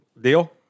Deal